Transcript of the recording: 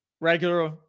regular